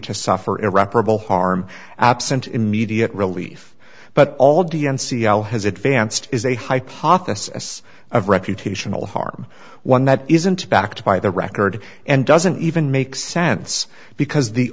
to suffer irreparable harm absent immediate relief but all d n c al has advanced is a hypothesis of reputational harm one that isn't backed by the record and doesn't even make sense because the